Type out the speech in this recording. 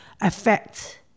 affect